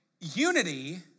Unity